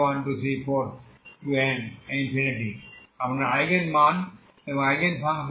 সুতরাং এই আপনার আইগেন মান এবং আইগেন ফাংশন